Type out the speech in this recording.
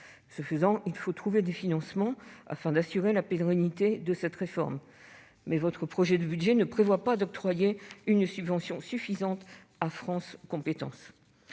Il faut donc trouver des financements afin d'assurer la pérennité de cette réforme ; pourtant, votre projet de budget ne prévoit pas d'octroyer une subvention suffisante à France compétences.